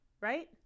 Right